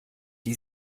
die